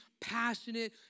passionate